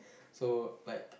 so like